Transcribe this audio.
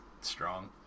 strong